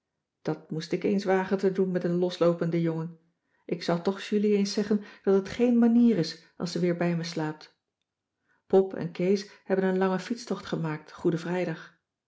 dat moest ik eens wagen te doen met een losloopende jongen ik zal cissy van marxveldt de h b s tijd van joop ter heul toch julie eens zeggen dat het geen manier is als ze weer bij me slaapt pop en kees hebben een langen fietstocht gemaakt goede vrijdag